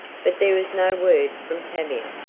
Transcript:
but there was no word from tavia.